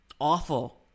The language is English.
awful